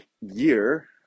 year